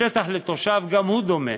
השטח לתושב גם הוא דומה,